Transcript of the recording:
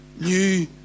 new